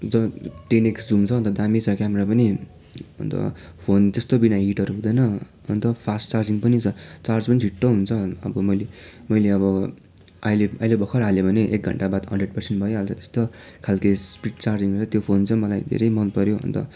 जब ten X हुन्छ अनि दामी छ क्यामरा पनि अन्त फोन त्यस्तो बिना हिटहरू हुँदैन अन्त फास्ट चार्जिङ पनि छ चार्ज पनि छिटो हुन्छ अर्को मैले मैले अब अहिले अहिले भर्खर हालेँ भने एक घण्टा बाद हन्ड्रेड पर्सेन्ट भइहाल्छ त्यस्तो खालि त्यस पिक चार्जिङ त्यो फोन चाहिँ मलाई धेरै मन पर्यो अन्त